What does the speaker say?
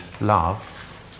love